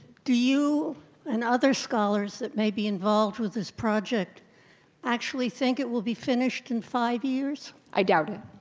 do you and other scholars that may be involved with this project actually think it will be finished in five years? i doubt it.